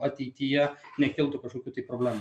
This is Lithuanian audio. ateityje nekiltų kažkokių tai problemų